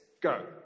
go